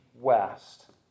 west